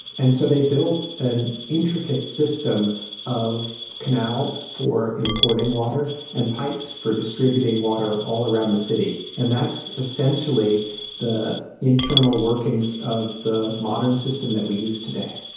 and so they built an intricate system of canals for importing water and pipes for distributing water all around the city, and that's essentially the internal workings of the modern system that we use today.